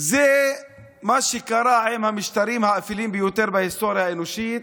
זה מה שקרה עם המשטרים האפלים ביותר בהיסטוריה האנושית,